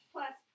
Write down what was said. Plus